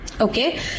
Okay